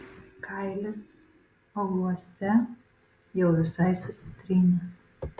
kailis auluose jau visai susitrynęs